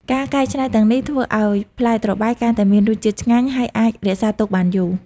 ការកែច្នៃទាំងនេះធ្វើឲ្យផ្លែត្របែកកាន់តែមានរសជាតិឆ្ងាញ់ ហើយអាចរក្សាទុកបានយូរ។